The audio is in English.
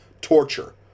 torture